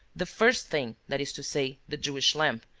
the first thing that is to say, the jewish lamp,